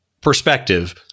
perspective